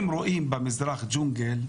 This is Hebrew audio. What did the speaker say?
אם רואים במזרח ג'ונגל,